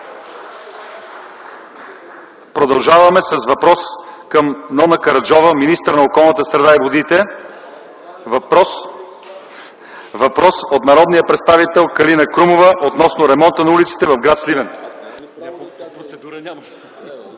Продължаваме с въпрос към Нона Караджова – министър на околната среда и водите. Въпрос от народния представител Калина Крумова относно ремонта на улиците в гр. Сливен.